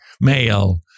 male